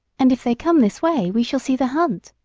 and if they come this way we shall see the hunt.